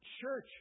Church